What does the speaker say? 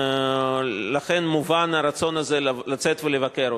ולכן מובן הרצון הזה לצאת ולבקר אותם.